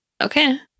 Okay